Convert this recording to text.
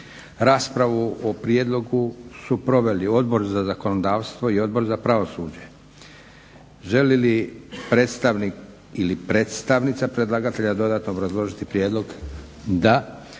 Raspravu o prijedlogu su proveli Odbor za zakonodavstvo i Odbor za pravosuđe. Želi li predstavnik ili predstavnica predlagatelja dodatno obrazložiti prijedlog? Da.